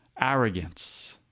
Arrogance